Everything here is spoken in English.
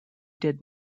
did